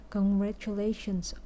Congratulations